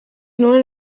nuen